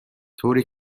طوری